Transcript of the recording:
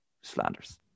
Slanders